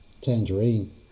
tangerine